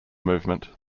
movement